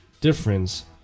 difference